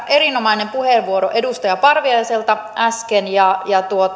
erinomainen puheenvuoro edustaja parviaiselta äsken